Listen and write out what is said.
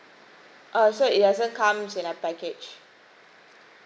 uh so it doesn't comes in a package